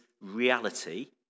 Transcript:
reality